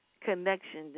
connection